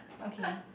okay